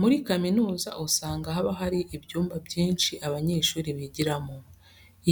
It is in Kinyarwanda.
Muri kaminuza usanga haba hari ibyumba byiza abanyeshuri bigiramo.